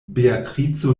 beatrico